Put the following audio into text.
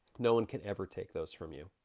no one can ever take those from you.